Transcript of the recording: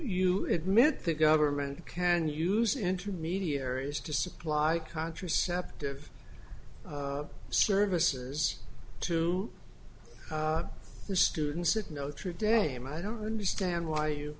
admit the government can use intermediaries to supply contraceptive services to the students at notre dame i don't understand why you